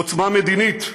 עוצמה מדינית.